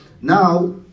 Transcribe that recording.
Now